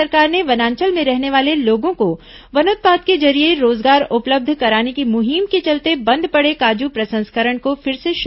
राज्य सरकार ने वनांचल में रहने वाले लोगों को वनोत्पाद के जरिये रोजगार उपलब्ध कराने की मुहिम के चलते बंद पड़े काजू प्रसंस्करण को फिर से शुरू किया है